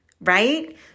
right